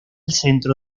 centro